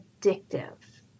addictive